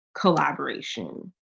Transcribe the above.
collaboration